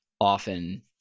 often